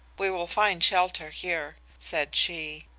we will find shelter here said she.